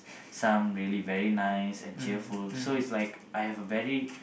some really very nice and cheerful so it's like I have a very